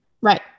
right